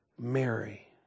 Mary